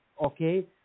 okay